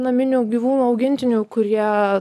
naminių gyvūnų augintinių kurie